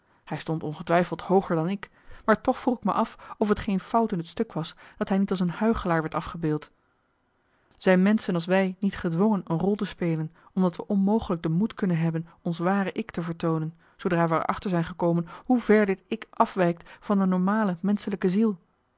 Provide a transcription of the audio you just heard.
hij stond ongetwijfeld hooger dan ik maar toch vroeg ik me af of t geen fout in het stuk was dat hij niet als een huichelaar werd afgebeeld zijn menschen als wij niet gedwongen een rol te spelen omdat we onmogelijk de moed kunnen hebben ons ware ik te vertoonen zoodra wij er achter zijn gekomen hoe ver dit ik afwijkt van de normale menschelijke ziel